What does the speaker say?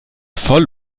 voll